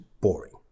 boring